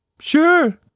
Sure